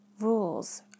rules